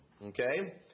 Okay